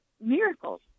miracles